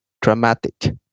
dramatic